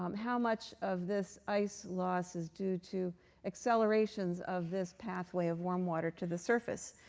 um how much of this ice loss is due to accelerations of this pathway of warm water to the surface.